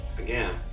again